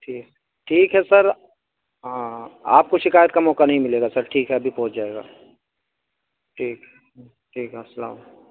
ٹھیک ٹھیک ہے سر ہاں ہاں آپ کو شکایت کا موقع نہیں ملے گا سر ٹھیک ہے ابھی پہنچ جائے گا ٹھیک ہے ٹھیک ہے السّلام